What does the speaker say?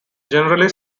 generally